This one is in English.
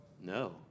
No